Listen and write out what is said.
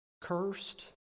cursed